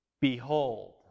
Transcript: behold